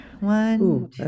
One